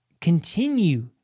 continue